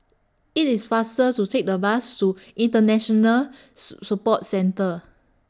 IT IS faster to Take The Bus to International Support Centre